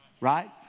Right